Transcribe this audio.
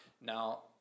now